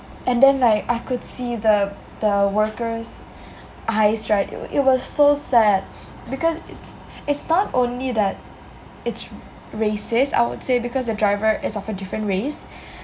and then like I could see the the worker was eyes right he was so sad sad because it's it's not only that it's racist I would say because the driver is of a different race